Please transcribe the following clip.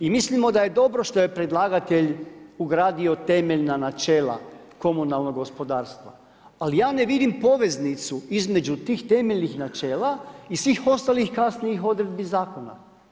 I mislimo da je dobro što je predlagatelj ugradio temeljna načela komunalnog gospodarstva, ali ja ne vidim poveznicu između tih temeljnih načela i svih ostalih kasnijih odredbi zakona.